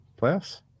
Playoffs